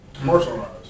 commercialized